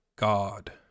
God